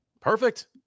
Perfect